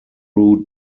route